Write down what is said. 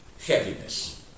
heaviness